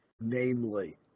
namely